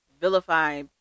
vilify